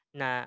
na